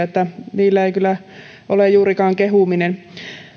että niillä ei kyllä ole ole juurikaan kehuminen